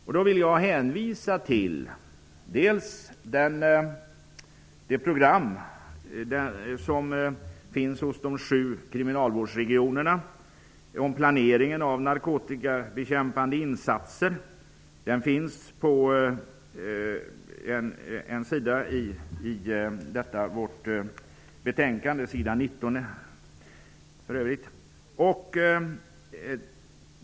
Jag vill hänvisa till det program som finns hos de sju kriminalvårdsregionerna om planeringen av narkotikabekämpande insatser. En sammanfattning av programmet finns på s. 19 i utskottets betänkande.